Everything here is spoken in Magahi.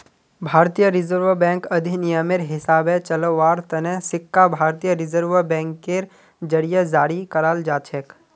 भारतीय रिजर्व बैंक अधिनियमेर हिसाबे चलव्वार तने सिक्का भारतीय रिजर्व बैंकेर जरीए जारी कराल जाछेक